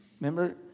Remember